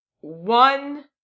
one